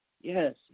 Yes